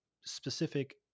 specific